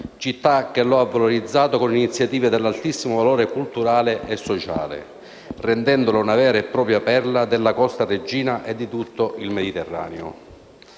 città che ha valorizzato con iniziative dall'altissimo valore culturale e sociale, rendendola una vera e propria perla della costa reggina e di tutto il Mediterraneo.